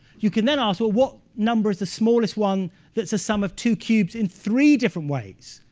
you can then ask, well what number is the smallest one that's a sum of two cubes in three different ways?